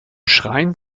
schrein